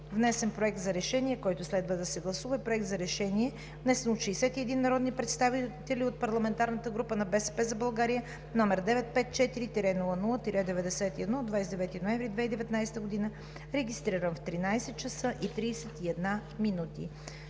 Внесен е Проект за решение, който следва да се гласува: Проект за решение, внесен от 61 народни представители от парламентарната група на „БСП за България“, № 954-00-91, от 29 ноември 2019 г., регистриран в 13,31 ч.